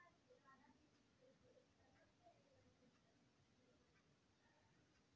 कृषि संयंत्रों की खरीद बिक्री ऑनलाइन कैसे करे?